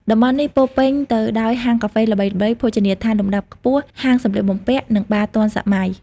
តំបន់នេះពោរពេញទៅដោយហាងកាហ្វេល្បីៗ ភោជនីយដ្ឋានលំដាប់ខ្ពស់ ហាងសំលៀកបំពាក់ និងបារទាន់សម័យ។